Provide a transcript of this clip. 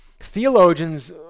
theologians